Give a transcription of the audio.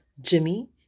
Jimmy